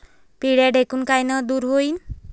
पिढ्या ढेकूण कायनं दूर होईन?